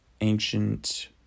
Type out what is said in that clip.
ancient